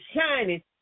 shining